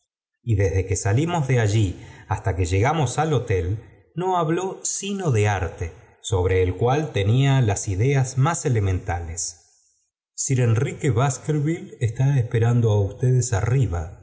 y desde que salimos de allí hasta que llegamos al hotel no habló sino de arte sobre el cual tenía las ideas más elementales sir enrique baskerville está esperando á usv tedes arriba